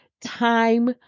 time